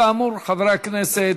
כאמור, חברי הכנסת,